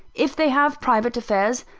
if they have private affairs,